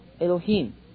Elohim